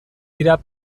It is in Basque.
dira